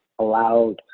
Allowed